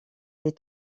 les